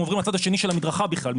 הם עוברים לצד השני של המדרכה בכלל,